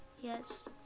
Yes